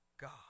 God